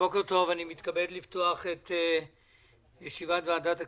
בוקר טוב, אני מתכבד לפתוח את ישיבת ועדת הכספים.